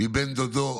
מבן דודו,